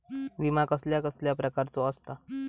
विमा कसल्या कसल्या प्रकारचो असता?